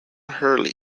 hurley